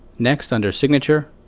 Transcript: next, under signature,